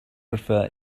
prefer